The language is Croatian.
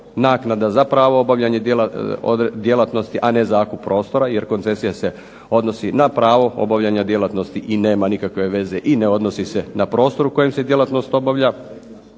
naknada za pravo obavljanja djelatnosti, a ne zakup prostora jer koncesija se odnosi na pravo obavljanja djelatnosti i nema nikakve veze i ne odnosi se na prostor u kojem se djelatnost obavlja